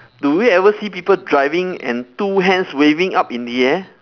do we ever see people driving and two hands waving up in the air